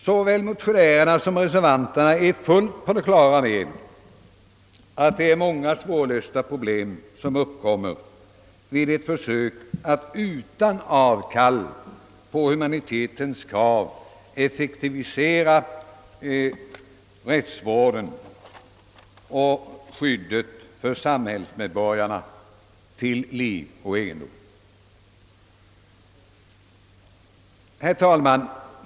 Såväl motionärerna som reservanterna är fullt på det klara med att många svårlösta problem uppkommer vid ett försök att utan avkall på humanitetens krav effektivisera rättsvården och skyddet för samhällsmedborgarna till liv och egendom. Herr talman!